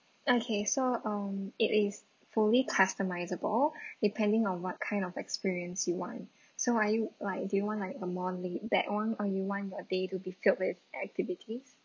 okay so um it is fully customizable depending on what kind of experience you want so are you like do you want like a monthly back one or you want a day to be filled with activities